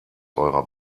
eurer